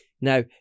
Now